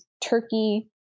turkey